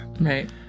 Right